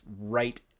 right